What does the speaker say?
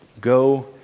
Go